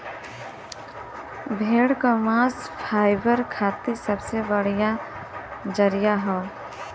भेड़ क मांस फाइबर खातिर सबसे बढ़िया जरिया हौ